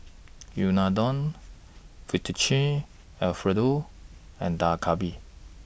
Unadon Fettuccine Alfredo and Dak Galbi